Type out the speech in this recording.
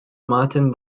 martin